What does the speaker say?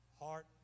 heart